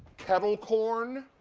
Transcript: kettle corn,